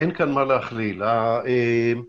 ‫אין כאן מה להכליל. ה... אה...